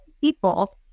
people